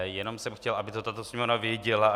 Jenom jsem chtěl, aby toto Sněmovna věděla.